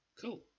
Cool